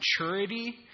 maturity